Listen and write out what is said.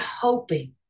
hoping